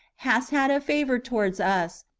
hast had a favour towards us,